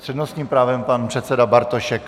S přednostním právem pan předseda Bartošek.